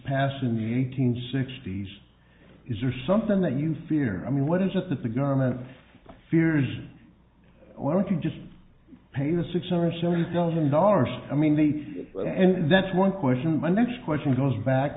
passed in the eight hundred sixty s is there something that you fear i mean what is it that the government fears and why don't you just pay the six or seven thousand dollars i mean the and that's one question my next question goes back